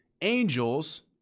Angels